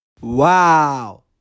Wow